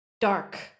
dark